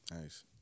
Nice